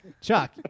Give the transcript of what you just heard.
Chuck